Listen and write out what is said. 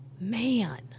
Man